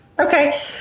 Okay